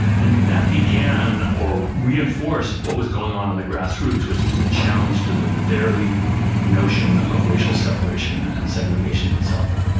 and that began or reinforced what was going on in the grass roots which was a challenge to the very notion of racial separation and segregation itself.